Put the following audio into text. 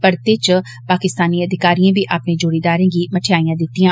परते च पाकिस्तानी अधिकारियें बी अपने जोड़ीदारें गी मठाइयां दित्तियां